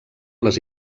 les